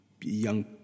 young